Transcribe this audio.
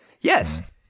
Yes